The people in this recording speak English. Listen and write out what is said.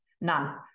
none